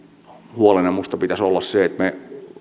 huolena minusta pitäisi olla se että me